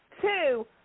two